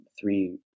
three